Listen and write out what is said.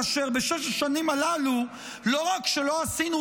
כאשר בשש השנים הללו לא רק שלא עשינו